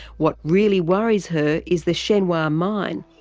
what really worries her is the shenhua mine,